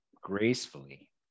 gracefully